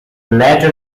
latter